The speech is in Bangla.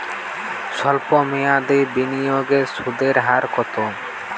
সল্প মেয়াদি বিনিয়োগে সুদের হার কত?